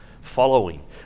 following